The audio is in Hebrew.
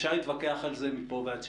אפשר להתווכח על זה מפה ועד שם,